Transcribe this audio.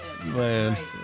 Man